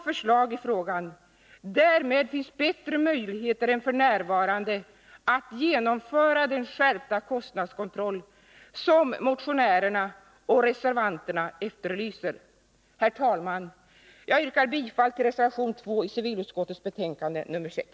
förslag i frågan. Därmed kommer bättre möjligheter än f. n. att finnas när det gäller att genomföra den skärpta kostnadskontroll som motionärerna och reservanterna efterlyser. Herr talman! Jag yrkar bifall till reservationen 2 vid civilutskottets betänkande nr 6.